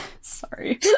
sorry